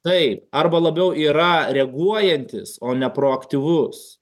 taip arba labiau yra reaguojantis o ne proaktyvus